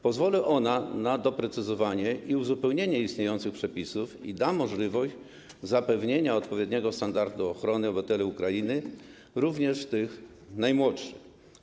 Pozwoli ona na doprecyzowanie i uzupełnienie istniejących przepisów i da możliwość zapewnienia odpowiedniego standardu ochrony obywatelom Ukrainy, również tym najmłodszym.